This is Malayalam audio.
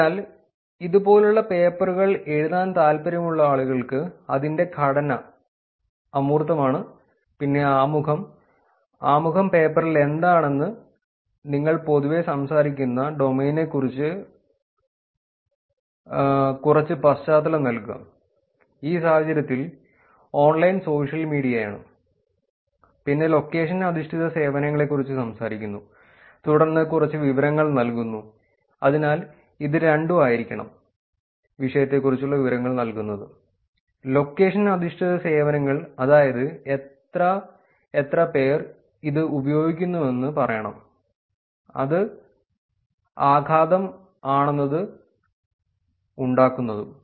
അതിനാൽ ഇതുപോലുള്ള പേപ്പറുകൾ എഴുതാൻ താൽപ്പര്യമുള്ള ആളുകൾക്ക് അതിന്റെ ഘടന അമൂർത്തമാണ് പിന്നെ ആമുഖം ആമുഖം പേപ്പറിൽ എന്താണെന്ന് നിങ്ങൾ പൊതുവെ സംസാരിക്കുന്നു ഡൊമെയ്നിനെക്കുറിച്ച് കുറച്ച് പശ്ചാത്തലം നൽകുക ഈ സാഹചര്യത്തിൽ ഓൺലൈൻ സോഷ്യൽ മീഡിയയാണ് പിന്നെ ലൊക്കേഷൻ അധിഷ്ഠിത സേവനങ്ങളെക്കുറിച്ച് സംസാരിക്കുന്നു തുടർന്ന് കുറച്ച് വിവരങ്ങൾ നൽകുന്നു അതിനാൽ ഇത് രണ്ടും ആയിരിക്കണം വിഷയത്തെക്കുറിച്ചുള്ള വിവരങ്ങൾ നൽകുന്നത് ലൊക്കേഷൻ അധിഷ്ഠിത സേവനങ്ങൾ അതായത് എത്ര എത്രപേർ ഇത് ഉപയോഗിക്കുന്നുവെന്ന് പറയണം എന്ത് ആഘാതം ആണത് ഉണ്ടാക്കുന്നതെന്നും